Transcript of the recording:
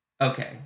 Okay